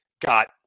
got